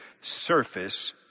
surface